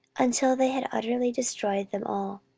until they had utterly destroyed them all.